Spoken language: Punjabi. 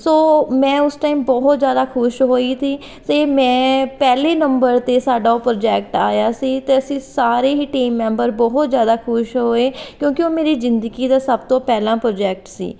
ਸੋ ਮੈਂ ਉਸ ਟਾਈਮ ਬਹੁਤ ਜ਼ਿਆਦਾ ਖੁਸ਼ ਹੋਈ ਸੀ ਅਤੇ ਮੈਂ ਪਹਿਲੇ ਨੰਬਰ 'ਤੇ ਸਾਡਾ ਉਹ ਪ੍ਰੋਜੈਕਟ ਆਇਆ ਸੀ ਅਤੇ ਅਸੀਂ ਸਾਰੇ ਹੀ ਟੀਮ ਮੈਂਬਰ ਬਹੁਤ ਜ਼ਿਆਦਾ ਖੁਸ਼ ਹੋਏ ਕਿਉਂਕਿ ਉਹ ਮੇਰੀ ਜ਼ਿੰਦਗੀ ਦਾ ਸਭ ਤੋਂ ਪਹਿਲਾ ਪ੍ਰੋਜੈਕਟ ਸੀ